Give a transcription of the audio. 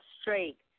straight